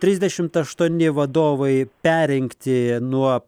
trisdešimt aštuoni vadovai perrinkti nuo